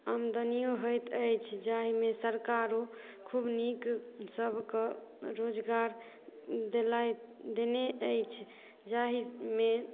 आमदनियो होइत अछि जाहिमे सरकारो खुब नीक सभके रोजगार देने अछि जाहिमे